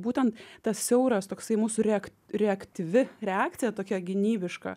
būtent tas siauras toksai mūsų reak reaktyvi reakcija tokia gynybiška